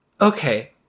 Okay